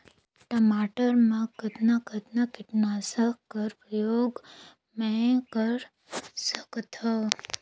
टमाटर म कतना कतना कीटनाशक कर प्रयोग मै कर सकथव?